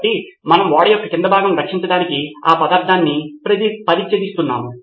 కాబట్టి మనము ఓడ యొక్క క్రింద భాగంను రక్షించడానికి ఆ పదార్థాన్ని పరిత్యజిస్తున్నాము